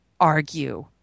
argue